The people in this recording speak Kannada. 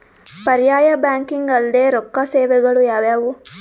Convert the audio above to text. ಪರ್ಯಾಯ ಬ್ಯಾಂಕಿಂಗ್ ಅಲ್ದೇ ರೊಕ್ಕ ಸೇವೆಗಳು ಯಾವ್ಯಾವು?